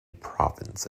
province